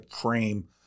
frame